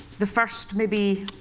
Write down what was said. the first, maybe,